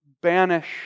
banish